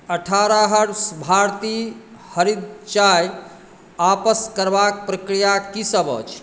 अठारह हर्ब्स भारतीय हरदि चाय आपस करबाक प्रक्रिया की सभ अछि